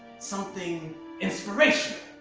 something inspirational,